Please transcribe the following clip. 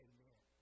Amen